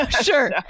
Sure